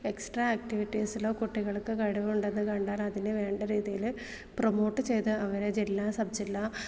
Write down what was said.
extra ആക്ടിവിറ്റീസിലോ കുട്ടികൾക്ക് കഴിവുണ്ടെന്ന് കണ്ടാൽ അതിനു വേണ്ട രീതിയിൽ പ്രൊമോട്ട് ചെയ്ത് അവരെ ജില്ലാ സബ്ജില്ലാ